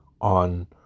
on